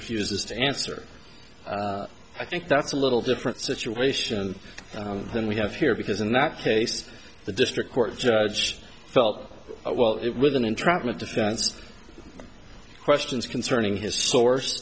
refuses to answer i think that's a little different situation than we have here because in that case the district court judge felt well it with an entrapment defense questions concerning his s